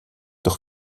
doch